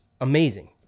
amazing